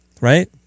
right